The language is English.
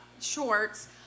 shorts